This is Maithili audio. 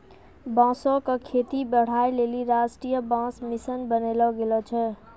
बांसो क खेती बढ़ाय लेलि राष्ट्रीय बांस मिशन बनैलो गेलो छै